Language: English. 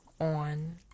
on